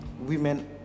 women